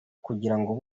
kugirango